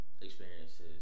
experiences